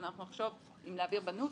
ואנחנו נחשוב אם להעביר בנוסח,